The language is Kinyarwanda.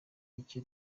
bike